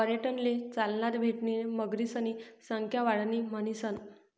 पर्यटनले चालना भेटणी मगरीसनी संख्या वाढणी म्हणीसन